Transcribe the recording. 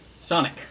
Sonic